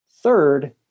Third